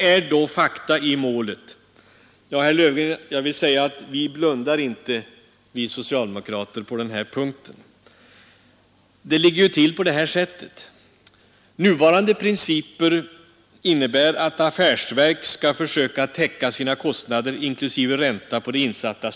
Så ett par ord om påståendet att vi numera skulle vara inne på att ”gömma” skatten och att en arbetsgivaravgift är en gömd skatt. Jag tror ingen uppfattar saken på det sättet.